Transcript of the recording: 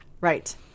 Right